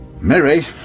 Mary